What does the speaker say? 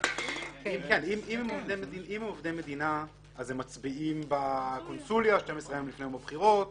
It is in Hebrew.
אם הם עובדי מדינה אז הם מצביעים בקונסוליה 12 יום לפני יום הבחירות